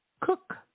cook